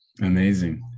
Amazing